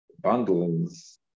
bundles